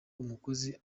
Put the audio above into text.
umukozi